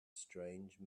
strange